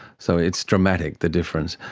so it's dramatic, the difference,